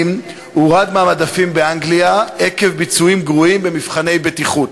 הורד מהמדפים באנגליה עקב ביצועים גרועים במבחני בטיחות.